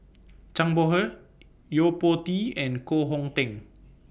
Zhang Bohe Yo Po Tee and Koh Hong Teng